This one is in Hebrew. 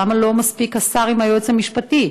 למה לא מספיק השר עם היועץ המשפטי?